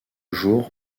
jour